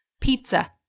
Pizza